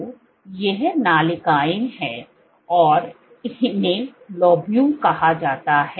तो ये नलिकाएं हैं और इन्हें लोबूल कहा जाता है